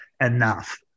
enough